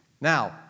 Now